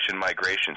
migration